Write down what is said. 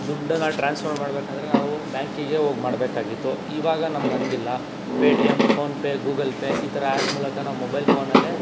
ದುಡ್ಡನ್ನು ಟ್ರಾನ್ಸ್ಫರ್ ಮಾಡಬೇಕಂದ್ರೆ ನಾವು ಬ್ಯಾಂಕಿಗೇ ಹೋಗಿ ಮಾಡಬೇಕಾಗಿತ್ತು ಈವಾಗ ನಮಗೆ ಹಂಗಿಲ್ಲ ಪೇಟಿಎಂ ಫೋನ್ಪೇ ಗೂಗಲ್ ಪೇ ಈ ಥರ ಆ್ಯಪ್ ಮೂಲಕ ನಾವು ಮೊಬೈಲ್ ಫೋನಲ್ಲೇ